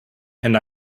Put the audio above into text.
and